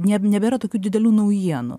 nieb nebėra tokių didelių naujienų